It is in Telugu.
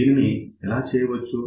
దీనిని ఎలా చేయవచ్చు